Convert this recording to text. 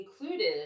included